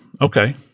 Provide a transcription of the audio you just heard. okay